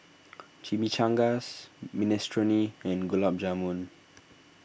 Chimichangas Minestrone and Gulab Jamun